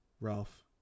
Ralph